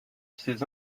ses